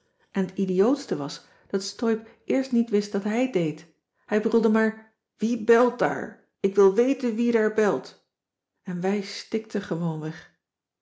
en t idiootste was dat steub eerst niet wist dat hij het deed hij brulde maar wie belt daar ik wil weten wie daar belt en wij stikten gewoonweg